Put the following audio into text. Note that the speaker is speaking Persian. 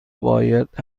باید